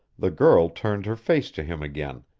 the girl turned her face to him again,